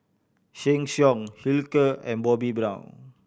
Sheng Siong Hilker and Bobbi Brown